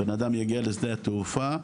הבנאדם יגיע לשדה התעופה,